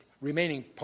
remaining